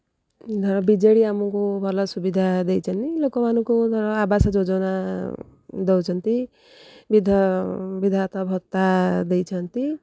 ଧର ବିଜେଡ଼ି ଆମକୁ ଭଲ ସୁବିଧା ଦେଇଛନ୍ତି ଲୋକମାନଙ୍କୁ ଧର ଆବାସ ଯୋଜନା ଦେଉଛନ୍ତି ବିଧାତା ଭତ୍ତା ଦେଇଛନ୍ତି